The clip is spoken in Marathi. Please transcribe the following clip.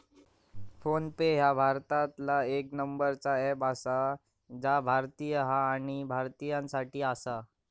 फोन पे ह्या भारतातला येक नंबरचा अँप आसा जा भारतीय हा आणि भारतीयांसाठी आसा